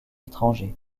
étrangers